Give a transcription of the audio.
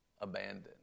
abandoned